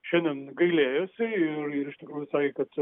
šiandien gailėjosi ir ir iš tikrųjų sakė kad